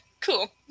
cool